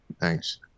Thanks